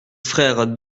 frères